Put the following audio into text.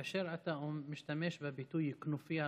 כאשר אתה משתמש בביטוי "כנופיה",